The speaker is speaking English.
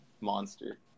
monster